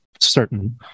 certain